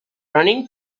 running